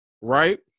right